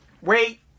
Wait